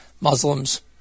Muslims